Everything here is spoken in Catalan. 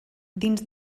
dins